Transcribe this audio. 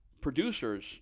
producers